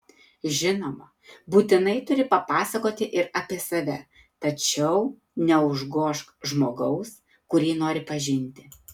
žinoma būtinai turi papasakoti ir apie save tačiau neužgožk žmogaus kurį nori pažinti